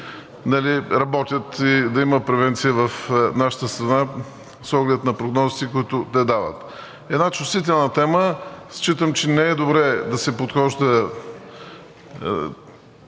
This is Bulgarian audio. работят, да има превенция в нашата страна с оглед на прогнозите, които те дават. Една чувствителна тема. Считам, че не е добре да се налага